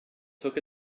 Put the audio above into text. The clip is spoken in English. took